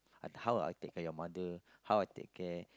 and how I take care of your mother how I take care